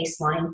baseline